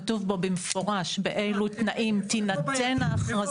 כתוב בו במפורש באילו תנאים תינתן ההכרזה.